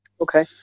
Okay